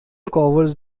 covers